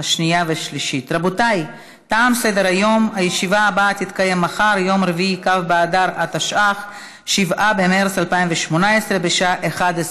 תשעה חברי כנסת בעד, אין מתנגדים, נמנע אחד,